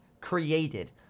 created